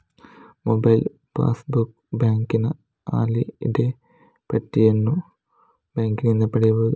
mobile passbook, ಬ್ಯಾಂಕಿನ holiday ಪಟ್ಟಿಯನ್ನು ಬ್ಯಾಂಕಿನಿಂದ ಪಡೆಯಬಹುದು